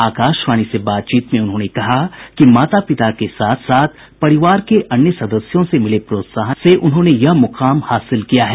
आकाशवाणी से बातचीत में उन्होने कहा कि माता पिता के साथ साथ परिवार के अन्य सदस्यों से मिले प्रोत्साहन से उन्होंने यह मुकाम हासिल किया है